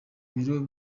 biro